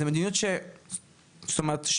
זה מדיניות זאת אומרת,